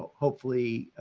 hopefully,